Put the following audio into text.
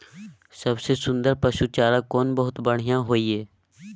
सबसे सुन्दर पसु चारा कोन बहुत बढियां होय इ?